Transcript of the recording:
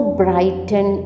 brighten